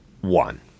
one